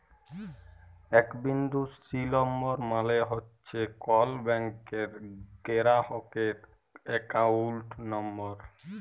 এ বিন্দু সি লম্বর মালে হছে কল ব্যাংকের গেরাহকের একাউল্ট লম্বর